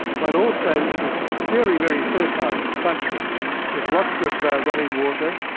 but also it was very, very fertile country with lots of running water.